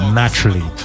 naturally